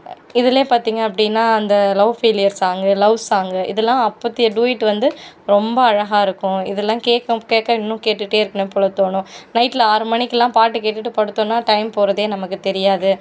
அ இதுலே பார்த்தீங்க அப்படின்னா அந்த love failure song love song இதெல்லாம் அப்போத்திய டூயட் வந்து ரொம்ப அழகாக இருக்கும் இதெல்லாம் கேட்கும் கேட்க இன்னும் கேட்டுட்டே இருக்கணும் போல தோணும் நைட்டில் ஆறு மணிக்கெல்லாம் பாட்டு கேட்டுட்டு படுத்தோன்னா டைம் போறதே நமக்கு தெரியாது